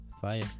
Fire